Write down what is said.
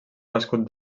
escut